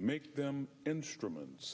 make them instruments